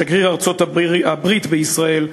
שגריר ארצות-הברית בישראל,